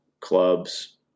clubs